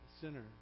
sinner